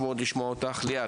ישראל,